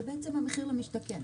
זה המחיר למשתכן?